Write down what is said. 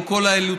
מול כל האילוצים,